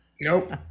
nope